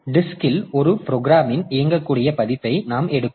எனவே டிஸ்க்ல் ஒரு ப்ரோக்ராமின் இயங்கக்கூடிய பதிப்பை நாம் எடுக்கும்